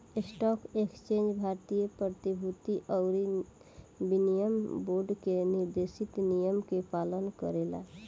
stock exchange भारतीय प्रतिभूति अउरी विनिमय बोर्ड के निर्देशित नियम के पालन करेला